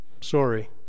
Sorry